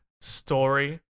story